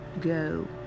go